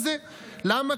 למה?